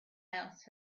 else